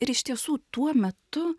ir iš tiesų tuo metu